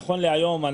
נכון להיום,